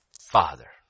Father